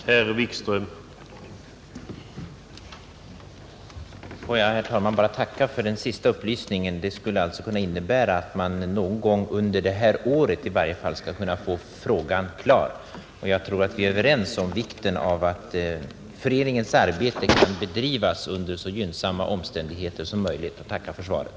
Herr talman! Får jag bara tacka för den senaste upplysningen. Den skulle alltså innebära att man i varje fall någon gång under det här året skall kunna få frågan klar. Jag tror att vi är överens om vikten av att föreningens arbete kan bedrivas under så gynnsamma omständigheter som möjligt. Jag tackar för svaret.